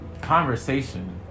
conversation